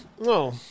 No